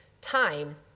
time